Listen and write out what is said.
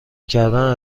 کردن